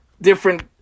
different